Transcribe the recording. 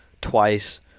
twice